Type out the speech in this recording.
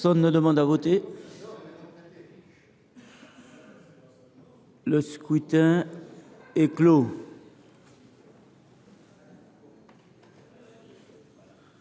Personne ne demande plus à voter ?… Le scrutin est clos.